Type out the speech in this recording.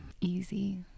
Easy